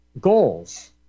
goals